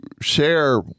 share